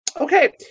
Okay